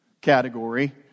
category